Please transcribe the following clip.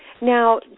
Now